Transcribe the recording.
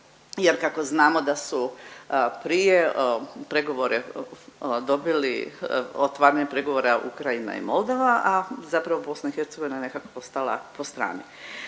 jer kako znamo da su prije pregovore dobili otvaranje pregovora Ukrajina i Moldava, a zapravo BIH je nekako ostala po strani.